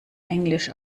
englisch